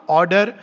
order